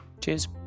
Cheers